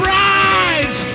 rise